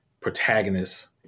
protagonists